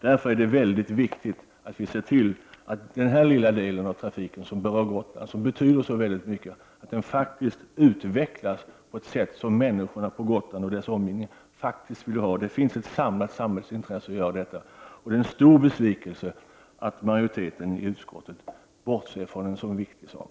Därför är det väldigt viktigt att vi ser till att den lilla del av trafiken som berör Gotland men som betyder så väldigt mycket faktiskt utvecklas på ett sätt som människorna på Gotland och dess omgivning vill. Det finns ett samlat samhällsintresse att göra det. Det är en stor besvikelse att majoriteten i utskottet bortser från en så viktig sak.